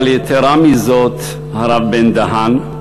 אבל יתרה מזאת, הרב בן-דהן,